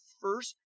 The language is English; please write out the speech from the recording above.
first